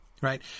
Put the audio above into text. right